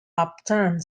upturned